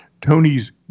Tony's